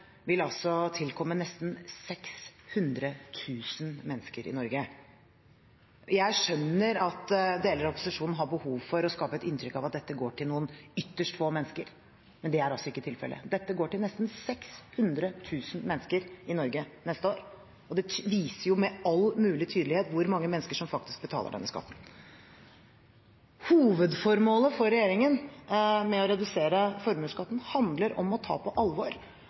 vil tilkomme nesten 600 000 mennesker i Norge. Jeg skjønner at deler av opposisjonen har behov for å skape et inntrykk av at dette går til noen ytterst få mennesker, men det er altså ikke tilfellet. Dette går til nesten 600 000 mennesker i Norge neste år, og det viser jo med all mulig tydelighet hvor mange mennesker som faktisk betaler denne skatten. Hovedformålet for regjeringen med å redusere formuesskatten handler om å ta på alvor